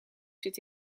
zit